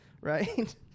right